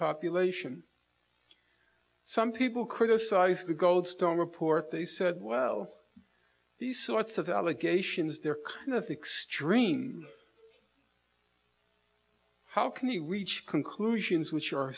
population some people criticized the goldstone report they said well these sorts of allegations they're kind of extreme how can we reach conclusions which are